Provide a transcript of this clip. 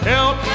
Help